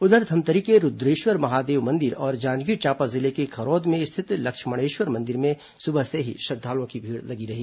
उधर धमतरी के रूद्रेश्वर महादेव मंदिर और जांजगीर चांपा जिले के खरौद में स्थित लक्ष्मणेश्वर मंदिर में सुबह से ही श्रद्धालुओं की भीड़ रही